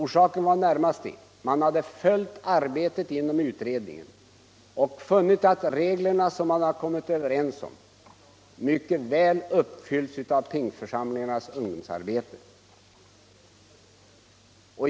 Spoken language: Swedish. Orsaken var närmast att man följt arbetet inom utredningen och funnit att de av utredningen föreslagna reglerna var av positivt innehåll för Pingstförsamlingarnas ungdomsarbete.